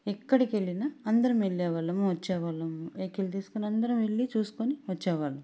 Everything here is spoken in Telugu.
ఎక్కడికెళ్లినా అందరం వెళ్ళేవాళ్ళము వచ్చేవాళ్ళము వెహికల్ తీసుకొని అందరం వెళ్ళి చూసుకొని వచ్చేవాళ్ళం